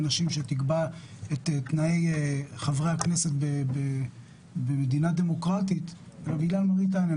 את תנאי חברי הכנסת במדינה דמוקרטית אלא בגלל מראית עין.